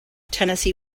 tennessee